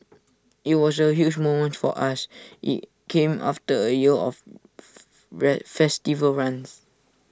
IT was A huge moment for us IT came after A year of Fred festival runs